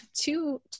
two